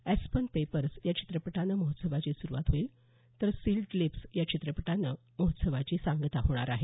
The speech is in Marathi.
एस्पर्न पेपर्स या चित्रपटानं महोत्सवाची सुरुवात तर सिल्ड लिप्स चित्रपटानं महोत्सवाची सांगता होणार आहे